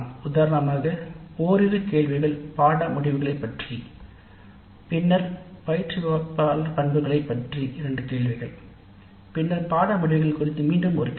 உதாரணமாக ஓரிரு கேள்விகள் பாடநெறி முடிவுகளைப் பற்றி பின்னர் பயிற்றுவிப்பாளரைப் பற்றிய இரண்டு கேள்விகள் பாடநெறி முடிவுகள் குறித்து மீண்டும் ஒரு கேள்வி